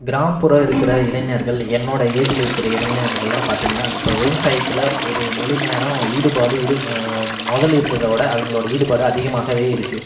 கிராமப்புற இருக்கிற இளைஞர்கள் என்னோடய ஏஜ்ஜுல இருக்கிற இளைஞர்கள்லாம் பார்த்திங்கன்னா இப்போ விவசாயத்தில் ஒரு முழு நேரம் ஈடுபாடு இரு முதல்ல இருந்ததை விட அவங்களோட ஈடுபாடு அதிகமாகவே இருக்குது